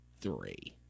three